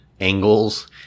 angles –